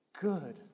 good